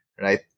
Right